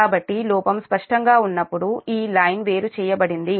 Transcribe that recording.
కాబట్టి లోపం స్పష్టంగా ఉన్నప్పుడు ఈ లైన్ వేరుచేయబడింది